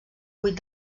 buit